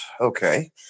Okay